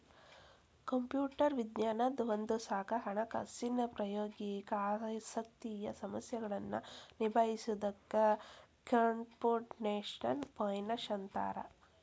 computer ವಿಜ್ಞಾನದ್ ಒಂದ ಶಾಖಾ ಹಣಕಾಸಿನ್ ಪ್ರಾಯೋಗಿಕ ಆಸಕ್ತಿಯ ಸಮಸ್ಯೆಗಳನ್ನ ನಿಭಾಯಿಸೊದಕ್ಕ ಕ್ಂಪುಟೆಷ್ನಲ್ ಫೈನಾನ್ಸ್ ಅಂತ್ತಾರ